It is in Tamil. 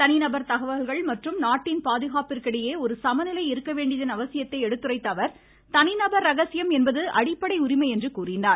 தனிநபர் தகவல்கள் மற்றும் நாட்டின் பாதுகாப்பிற்கிடையே ஒரு சமநிலை இருக்க வேண்டியதன் அவசியத்தை எடுத்துரைத்த அவர் தனிநபர் ரகசியம் என்பது அடிப்படை உரிமை என்றார்